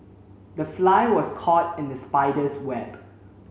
the fly was caught in the spider's web